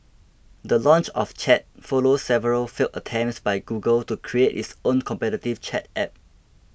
the launch of Chat follows several failed attempts by Google to create its own competitive chat app